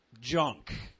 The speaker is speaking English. junk